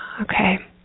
Okay